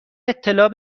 اطلاع